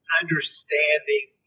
understanding